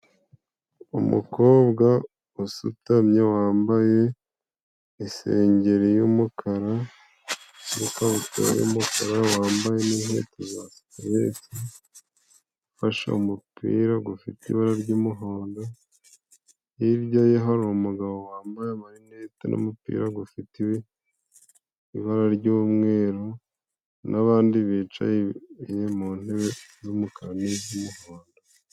Umukobwa usutamye, wambaye isengeri y'umukara, n'ikabutura y'umukara, wambaye n'inkweto za superesi, ufashe umupira, gufite ibara ry'umuhondo. Hirya ye, hari umugabo wambaye amarinete, n'umupira, gufiti ibara ry'umweru, n'abandi bicaye mu ntebe z'umukara, n'iz'umuhondo